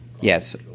Yes